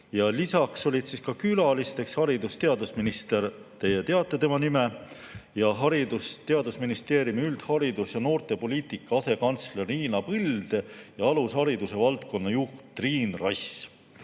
Lisaks olid külalisteks haridus- ja teadusminister – te teate tema nime –, Haridus- ja Teadusministeeriumi üldharidus- ja noortepoliitika asekantsler Liina Põld ja alushariduse valdkonna juht Triin Rass.